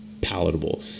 palatable